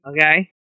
Okay